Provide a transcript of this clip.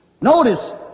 Notice